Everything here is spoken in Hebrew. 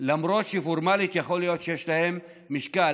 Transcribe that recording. למרות שפורמלית יכול להיות שיש להם משקל,